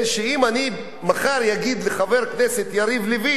שאם אני מחר אגיד לחבר הכנסת יריב לוין: